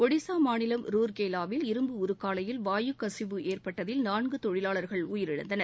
ஒடிஷா மாநிலம் ரூர்கேவாவில் இரும்பு உருக்காலையில் வாயு கசிவு ஏற்பட்டதில் நான்கு தொழிலாளர்கள் உயிரிழந்தனர்